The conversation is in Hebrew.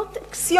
זאת מין אקסיומה,